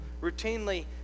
routinely